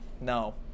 No